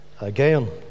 again